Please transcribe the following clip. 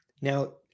Now